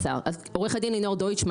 עורכי דין יש הרבה.